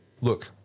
look